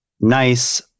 nice